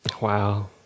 Wow